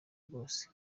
bwose